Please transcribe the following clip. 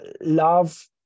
love